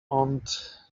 aunt